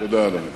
תודה, אדוני.